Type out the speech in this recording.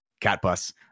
Catbus